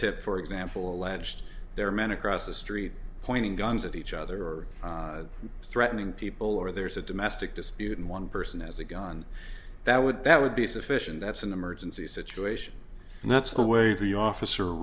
tip for example alleged there are men across the street pointing guns at each other or threatening people or there's a domestic dispute and one person has a gun that would that would be sufficient that's an emergency situation and that's the way the officer